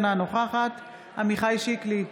אינה נוכחת עמיחי שיקלי,